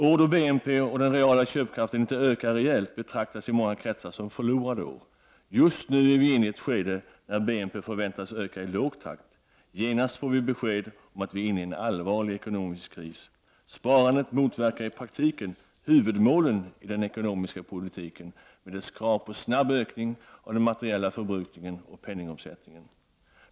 År då BNP och den reala köpkraften inte ökar rejält betraktas i många kretsar som förlorade år. Just nu är vi inne i ett skede när BNP förväntas öka ilåg takt. Genast får vi besked om att vi är inne i en allvarlig ekonomisk kris. Sparandet motverkar i praktiken huvudmålen i den ekonomiska politiken med dess krav på snabb ökning av den materiella förbrukningen och penningomsättningen.